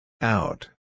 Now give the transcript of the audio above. Out